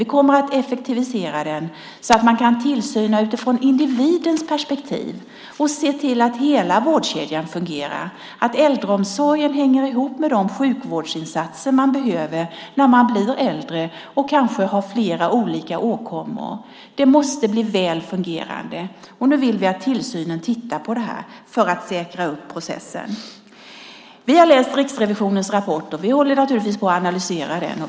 Vi kommer att effektivisera den, så att man kan utöva tillsyn utifrån individens perspektiv och se till att hela vårdkedjan fungerar och att äldreomsorgen hänger ihop med de sjukvårdsinsatser man behöver när man blir äldre och kanske har flera olika åkommor. Det måste bli väl fungerande. Nu vill vi att tillsynen tittar på det här för att säkra processen. Vi har läst Riksrevisionens rapport och håller naturligtvis på och analyserar den.